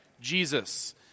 Jesus